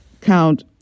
count